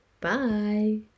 Bye